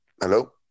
Hello